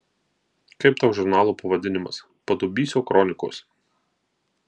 kaip tau žurnalo pavadinimas padubysio kronikos